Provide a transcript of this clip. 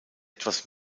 etwas